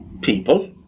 people